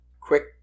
Quick